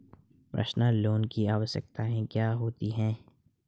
Personal loan की आवश्यकताएं क्या हैं?